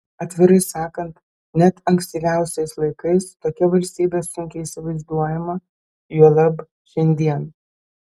atvirai sakant net ankstyviausiais laikais tokia valstybė sunkiai įsivaizduojama juolab šiandien